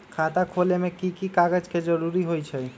खाता खोले में कि की कागज के जरूरी होई छइ?